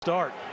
Start